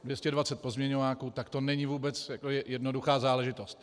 220 pozměňováků, tak to není vůbec jednoduchá záležitost.